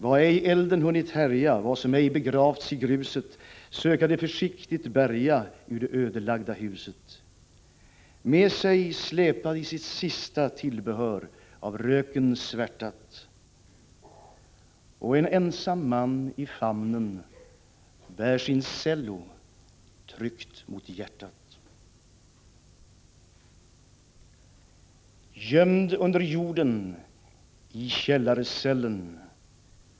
Vad ej elden hunnit härja, vad som ej begravts i gruset söka de försiktigt bärga ur det ödelagda huset. Med sig släpa de sitt sista tillbehör, av röken svärtat, och en ensam man i famnen bär sin cello tryckt mot hjärtat.